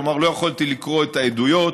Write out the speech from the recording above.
כלומר לא יכולתי לקרוא את העדויות,